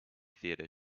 theatre